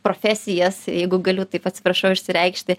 profesijas jeigu galiu taip atsiprašau išsireikšti